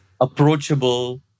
approachable